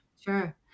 Sure